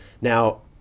Now